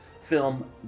film